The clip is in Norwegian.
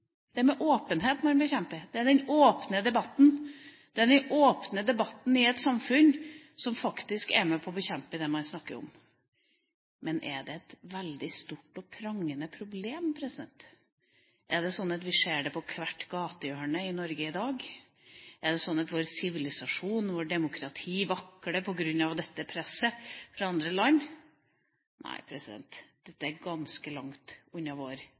Det er med åpenhet man bekjemper dette. Det er den åpne debatten i et samfunn som faktisk er med på å bekjempe det man snakker om. Men er det et veldig stort og prangende problem? Er det slik at vi ser det på hvert gatehjørne i Norge i dag? Er det slik at vår sivilisasjon og vårt demokrati vakler på grunn av dette presset fra andre land? Nei, dette er ganske langt unna vår